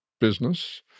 business